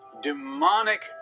demonic